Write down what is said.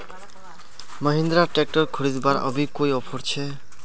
Mahindra tractor खरीदवार अभी कोई ऑफर छे?